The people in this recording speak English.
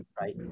right